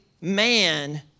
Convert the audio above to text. man